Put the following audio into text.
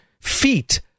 feet